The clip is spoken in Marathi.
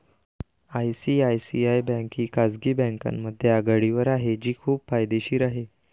आय.सी.आय.सी.आय बँक ही खाजगी बँकांमध्ये आघाडीवर आहे जी खूप फायदेशीर आहे